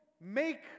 make